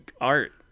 art